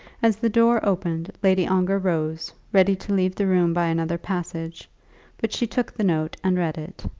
as the door opened lady ongar rose, ready to leave the room by another passage but she took the note and read it.